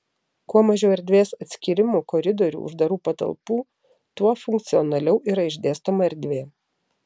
kuo mažiau erdvės atskyrimų koridorių uždarų patalpų tuo funkcionaliau yra išdėstoma erdvė